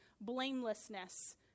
blamelessness